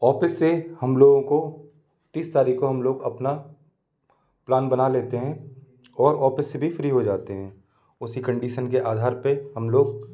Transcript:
office से हम लोगों को तीस तारिख़ को हम लोग अपना प्लान बना लेते हैं और ऑपिस से भी फ्री हो जाते हैं उसी कन्डिशन के आधार पर हम लोग